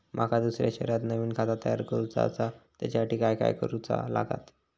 माका दुसऱ्या शहरात नवीन खाता तयार करूचा असा त्याच्यासाठी काय काय करू चा लागात?